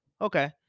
Okay